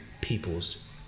people's